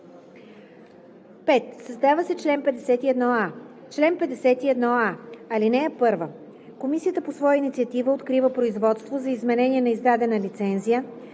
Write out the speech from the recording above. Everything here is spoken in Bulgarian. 5. Създава се чл. 51а: „Чл. 51а. (1) Комисията по своя инициатива открива производство за изменение на издадена лицензия